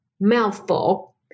mouthful